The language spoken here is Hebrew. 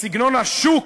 סגנון השוק